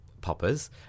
poppers